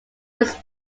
was